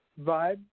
vibe